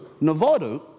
Nevada